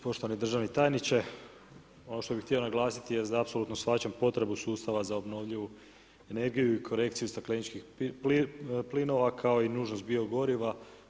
Poštovani državni tajniče, ono što bi htio naglasiti je da apsolutno shvaćam potrebu sustava za obnovljivu energiju i korekciju stakleničkih plinova kao i nužnost bio goriva.